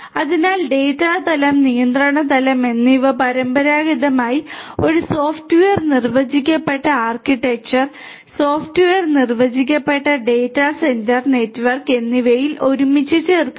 അതിനാൽ ഡാറ്റാ തലം നിയന്ത്രണ തലം എന്നിവ പരമ്പരാഗതമായി ഒരു സോഫ്റ്റ്വെയർ നിർവചിക്കപ്പെട്ട ആർക്കിടെക്ചർ സോഫ്റ്റ്വെയർ നിർവചിക്കപ്പെട്ട ഡാറ്റാ സെന്റർ നെറ്റ്വർക്ക് എന്നിവയിൽ ഒരുമിച്ച് ചേർക്കുന്നു